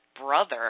brother